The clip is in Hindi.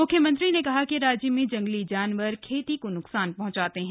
म्ख्यमंत्री ने कहा कि राज्य में जंगली जानवर खेती को न्कसान पहुंचाते हैं